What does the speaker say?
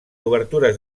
obertures